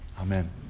Amen